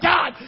God